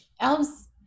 elves